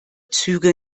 züge